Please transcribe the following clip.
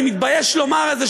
אני מתבייש לומר את זה,